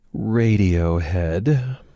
Radiohead